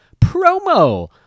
promo